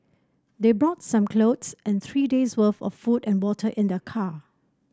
they brought some clothes and three days' worth of food and water in their car